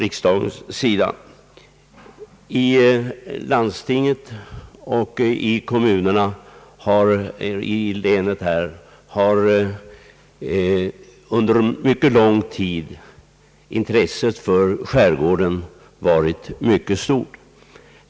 I landstinget och i kommunerna inom länet har under mycket lång tid intresset för skärgården varit mycket stort.